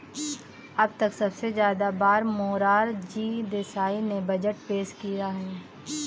अब तक सबसे ज्यादा बार मोरार जी देसाई ने बजट पेश किया है